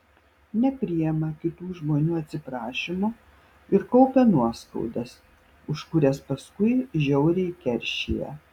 nepriima kitų žmonių atsiprašymo ir kaupia nuoskaudas už kurias paskui žiauriai keršija